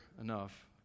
enough